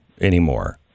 anymore